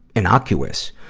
innocuous.